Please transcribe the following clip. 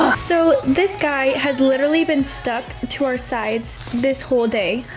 so, this guy has literally been stuck to our sides this whole day.